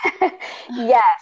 Yes